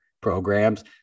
programs